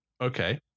Okay